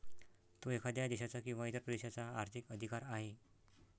तो एखाद्या देशाचा किंवा इतर प्रदेशाचा आर्थिक अधिकार आहे